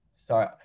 Sorry